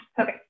Okay